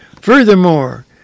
Furthermore